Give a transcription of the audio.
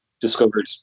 discovered